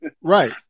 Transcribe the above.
Right